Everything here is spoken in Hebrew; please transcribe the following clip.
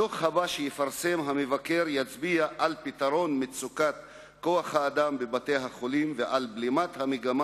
הדוח הבא יצביע על פתרון מצוקת כוח-האדם ועל בלימת המגמה